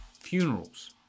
funerals